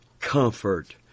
comfort